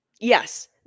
Yes